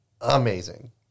Amazing